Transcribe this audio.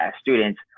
students